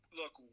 look